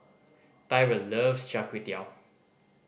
Tyrell loves Char Kway Teow